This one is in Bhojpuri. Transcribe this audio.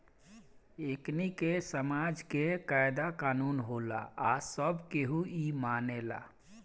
एकनि के समाज के कायदा कानून होला आ सब केहू इ मानेला